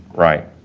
right.